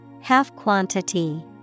Half-Quantity